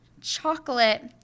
chocolate